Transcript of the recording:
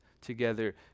together